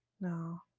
No